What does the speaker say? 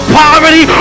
poverty